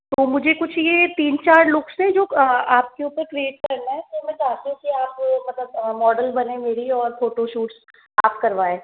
तो मुझे कुछ ये तीन चार लुक्स है जो आपके ऊपर क्रिएट करना है तो मैं चाहती हूँ मतलब मॉडर्न बने मेरी और फोटोशूट्स आप करवाएं